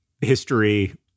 history